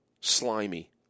slimy